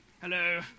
Hello